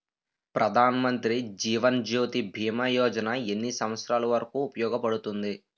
ప్రధాన్ మంత్రి జీవన్ జ్యోతి భీమా యోజన ఎన్ని సంవత్సారాలు వరకు ఉపయోగపడుతుంది?